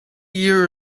year